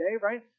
right